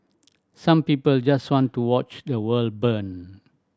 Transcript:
some people just want to watch the world burn